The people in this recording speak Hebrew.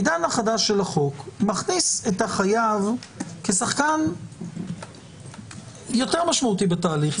העידן החדש של החוק מכניס את החייב כשחקן יותר משמעותי בתהליך.